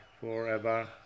forever